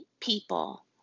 people